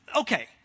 Okay